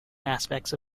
aspects